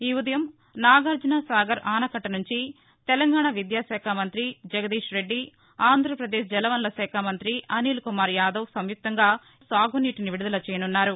ఈ ఉదయం నాగార్జన సాగర్ ఆనకట్గ నుంచి తెలంగాణ విద్యాకాఖ మంత్రి జగదీశ్ రెడ్డి ఆంధ్రప్రదేశ్ జలవనరులశాఖ మంత్రి అనిల్కుమార్ యాదవ్ సంయుక్తంగా సాగునీటిని విడుదల చేయసున్నారు